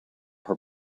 her